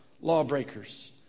lawbreakers